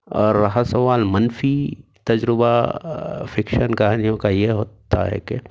اور رہا سوال منفی تجربہ فکشن کہانیوں کا یہ ہوتا ہے کہ